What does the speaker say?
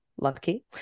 lucky